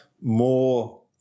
more